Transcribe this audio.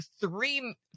three